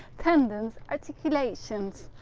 tendons, articulations,